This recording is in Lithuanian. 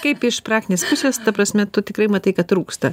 kaip iš praktinės pusės ta prasme tu tikrai matai kad trūksta